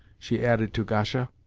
she added to gasha.